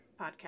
podcast